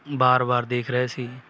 ਵਾਰ ਵਾਰ ਦੇਖ ਰਹੇ ਸੀ